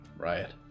riot